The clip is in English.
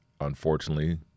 unfortunately